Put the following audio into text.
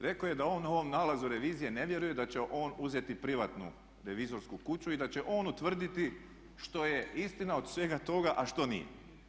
Rekao je da on ovom nalazu revizije ne vjeruje da će on uzeti privatnu revizorsku kuću i da će on utvrditi što je istina od svega toga, a što nije.